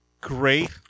great